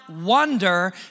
wonder